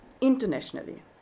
internationally